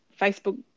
Facebook